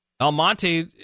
Almonte